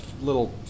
little